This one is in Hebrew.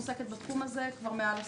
עוסקת בתחום הזה כבר מעל עשור.